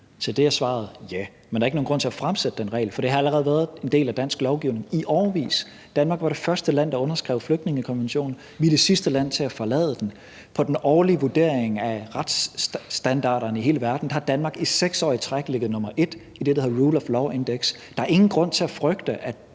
Til det er svaret: Ja. Men der er ikke nogen grund til at indføre den regel, for det har allerede været en del af dansk lovgivning i årevis. Danmark var det første land, der underskrev flygtningekonventionen. Vi er det sidste land til at forlade den. I den årlige vurdering af retsstandarderne i hele verden har Danmark 6 år i træk ligget nummer et i det, der hedder Rule of Law Index. Der er ingen grund til at frygte,